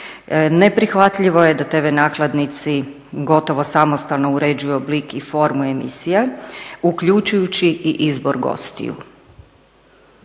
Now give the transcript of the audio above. Neprihvatljivo je da tv nakladnici gotovo samostalno uređuju oblik i formu emisije uključujući i izbor gostiju.